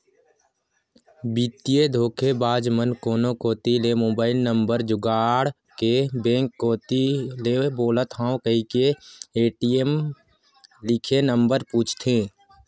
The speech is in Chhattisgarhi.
बित्तीय धोखेबाज मन कोनो कोती ले मोबईल नंबर जुगाड़ के बेंक कोती ले बोलत हव कहिके ए.टी.एम म लिखे नंबर पूछथे